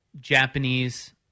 Japanese